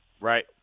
Right